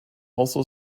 also